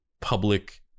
public